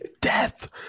death